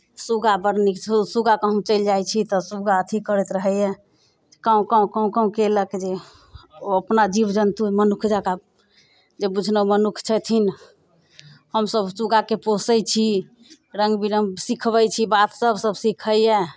सुगा बड़ नीक छौ सुगा कहुँ चलि जाइत छी तऽ सुगा अथी करैत रहैए काँव काँव काँव काँव कयलक जे ओ अपना जीव जन्तु जे बुझलहुँ मनुख जँका जे बुझलहुँ छथिन हमसभ सुगाकेँ पोसैत छी रङ्ग बिरङ्ग सिखबैत छी बातसभ सिखैए